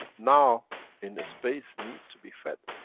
now in the space, needs to be fed.